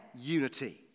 unity